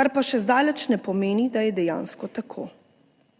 kar pa še zdaleč ne pomeni, da je dejansko tako.